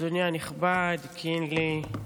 אדוני הנכבד קינלי,